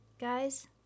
guys